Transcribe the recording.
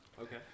Okay